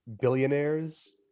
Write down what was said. billionaires